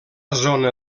zona